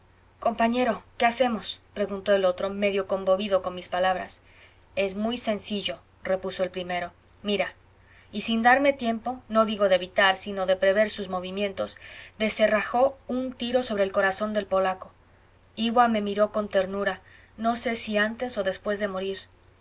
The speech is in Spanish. compañero qué hacemos preguntó el otro medio conmovido con mis palabras es muy sencillo repuso el primero mira y sin darme tiempo no digo de evitar sino de prever sus movimientos descerrajó un tiro sobre el corazón del polaco iwa me miró con ternura no sé si antes o después de morir